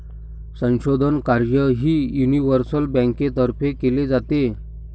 संशोधन कार्यही युनिव्हर्सल बँकेतर्फे केले जाते